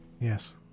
yes